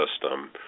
system